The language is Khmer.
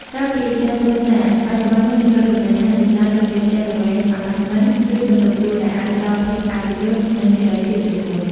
ក្រៅពីផ្ទះគ្រួសារ បច្ចុប្បន្នមានជម្រើសលំនៅឋានជាច្រើនទៀតដូចជា ផ្ទះល្វែង អាផាតមិន ឬបន្ទប់ជួល ដែលអាចផ្តល់ភាពឯកជន និងសេរីភាពជាងមុន។